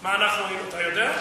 מה אנחנו אומרים, אתה יודע?